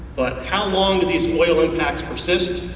but how long do these oil impacts persist?